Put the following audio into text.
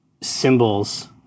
symbols